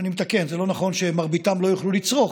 אני מתקן: זה לא נכון שמרביתם לא יוכלו לצרוך,